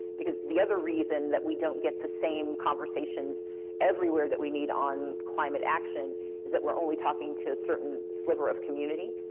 because the other reason that we don't get the same conversations everywhere that we need on climate action is that we're only talking to a certain sliver of community.